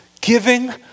Giving